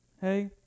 Hey